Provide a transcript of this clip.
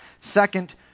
Second